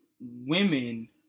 women